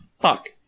fuck